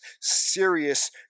serious